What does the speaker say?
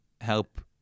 help